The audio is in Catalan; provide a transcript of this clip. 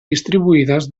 distribuïdes